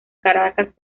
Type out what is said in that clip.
caracas